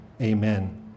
Amen